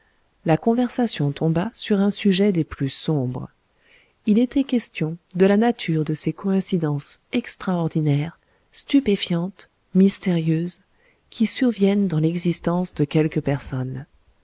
la conversation tomba sur un sujet des plus sombres il était question de la nature de ces coïncidences extraordinaires stupéfiantes mystérieuses qui surviennent dans l'existence de quelques personnes